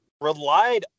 relied